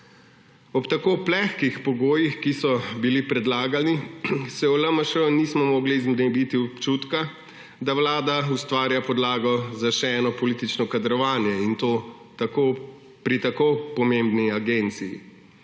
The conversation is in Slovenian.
Ob tako plehkih pogojih, ki so bili predlagani, se v LMŠ nismo mogli znebiti občutka, da Vlada ustvarja podlago za še eno politično kadrovanje in to pri tako pomembni agenciji.